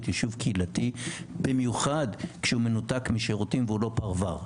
יישוב קהילתי במיוחד שהוא מנותק משירותים והוא לא פרבר.